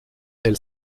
elle